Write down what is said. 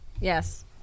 Yes